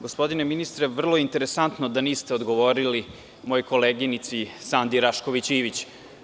Gospodine ministre, vrlo interesantno da niste odgovorili mojoj koleginici Sandi Rašković Ivić.